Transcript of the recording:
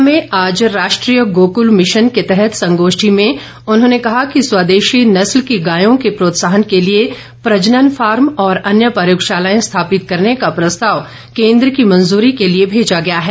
शिमला में आज राष्ट्रीय गोकृल मिशन के तहत संगोष्ठी में उन्होंने कहा कि स्वदेशी नस्ल की गायों के प्रोत्साहन के लिए प्रजनन फार्म और अन्य प्रयोगशालाए स्थापित करने का प्रस्ताव केन्द्र की मंजूरी के लिए भेजा गया है